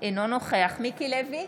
אינו נוכח מיקי לוי,